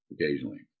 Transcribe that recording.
Occasionally